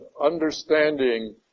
understanding